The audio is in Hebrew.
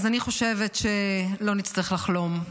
אז אני חושבת שלא נצטרך לחלום,